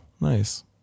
nice